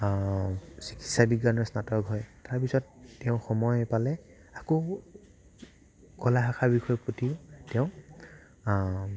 চিকিৎসাবিজ্ঞানৰ স্নাতক হয় তাৰপিছত তেওঁ সময় পালে আকৌ কলাশাখাৰ বিষয়ৰ প্ৰতি তেওঁ